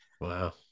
Wow